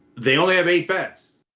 they only have eight beds,